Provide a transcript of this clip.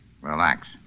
Relax